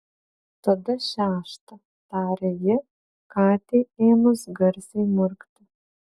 tada šeštą tarė ji katei ėmus garsiai murkti